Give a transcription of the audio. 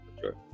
sure